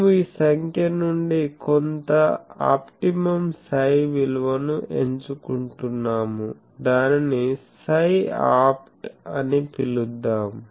మేము ఈ సంఖ్య నుండి కొంత ఆప్టిమమ్ ψ విలువను ఎంచుకుంటున్నాము దానిని ψopt అని పిలుద్దాం